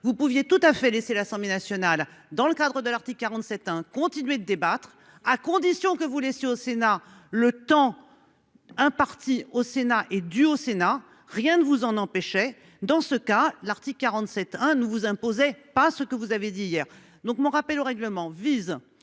vous pouviez tout à fait laisser l'Assemblée nationale dans le cadre de l'article 47 hein. Continuer de débattre à condition que vous laissez au Sénat le temps. Imparti au Sénat est due au Sénat. Rien ne vous en empêcher. Dans ce cas, l'article 47 hein. Nous vous imposez pas ce que vous avez dit hier donc mon rappel au règlement vise